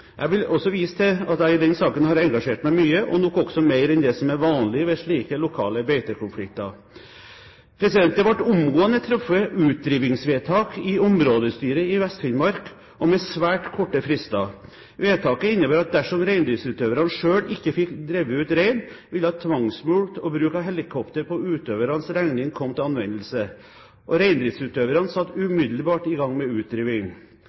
Jeg vil også vise til at jeg i denne saken har engasjert meg mye, og nok også mer enn det som er vanlig ved slike lokale beitekonflikter. Det ble omgående truffet utdrivingsvedtak i områdestyret i Vest-Finnmark og med svært korte frister. Vedtaket innebærer at dersom reindriftsutøverne selv ikke fikk drevet ut reinen, ville tvangsmulkt og bruk av helikopter på utøvernes regning komme til anvendelse. Reindriftsutøverne satte umiddelbart i gang med